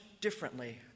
differently